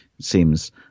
seems